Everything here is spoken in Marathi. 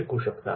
शिकू शकता